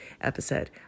episode